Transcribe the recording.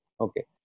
Okay